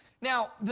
Now